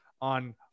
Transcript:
on